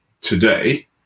today